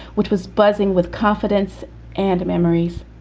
which was buzzing with confidence and memories.